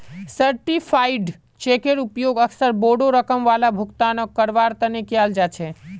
certified चेकेर उपयोग अक्सर बोडो रकम वाला भुगतानक करवार तने कियाल जा छे